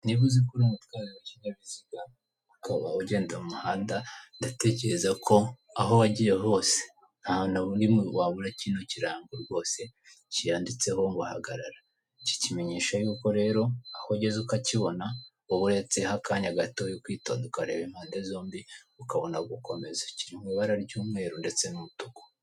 Niba uziko urimo gutwara ikinyabiziga ukaba ugenda mu muhanda ndatekereza ko aho wagiye hose nta narimwe wabura kino kirango rwose cyanditseho ngo hagarara iki kimenyesha yuko rero aho ugeze ukakibona uba uretseho akanya gato ukitonda ukareba impande zombi ukabona gukomeza kiri mu ibara ry'umweru ndetse n'umutuku.